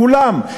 את כולם,